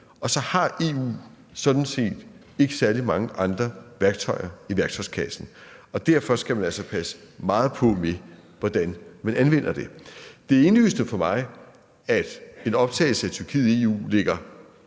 Og så har EU sådan set ikke særlig mange andre værktøjer i værktøjskassen. Derfor skal man altså passe meget på med, hvordan man anvender det. Det er indlysende for mig, at en optagelse af Tyrkiet i EU ligger